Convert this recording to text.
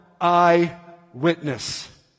eyewitness